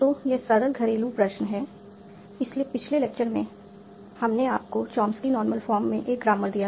तो यह सरल घरेलू प्रश्न है इसलिए पिछले लेक्चर में हमने आपको चॉम्स्की नॉर्मल फॉर्म में एक ग्रामर दिया था